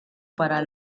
para